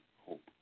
hope